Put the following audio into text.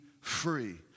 free